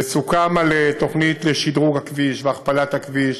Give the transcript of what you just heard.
וסוכם על תוכנית לשדרוג הכביש והכפלת הכביש,